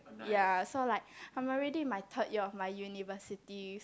ya so like I'm already in my third year of my universities